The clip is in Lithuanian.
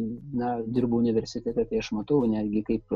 na dirbu universitete tai aš matau netgi kaip